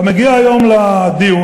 אתה מגיע היום לדיון,